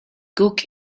cook